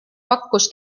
pakkus